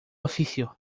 oficio